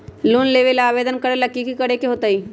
Loan लेबे ला आवेदन करे ला कि करे के होतइ?